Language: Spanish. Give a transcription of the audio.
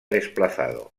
desplazado